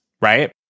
Right